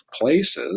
places